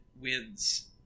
wins